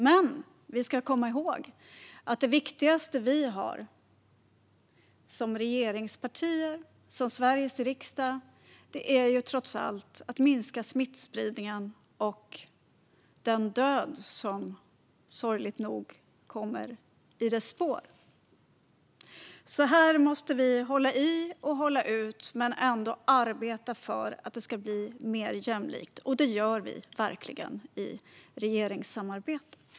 Men vi ska komma ihåg att det viktigaste uppdraget vi har, som regeringspartier och som Sveriges riksdag, trots allt är att minska smittspridningen och den död som sorgligt nog följer i dess spår. Här måste vi alltså hålla i och hålla ut men ändå arbeta för att det ska bli mer jämlikt, och det gör vi verkligen i regeringssamarbetet.